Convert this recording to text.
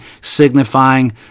signifying